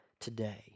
today